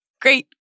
Great